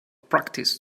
practice